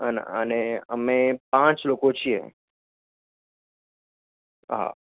અને અને અમે પાંચ લોકો છીએ હા